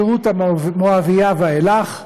מרות המואבייה ואילך.